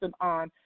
on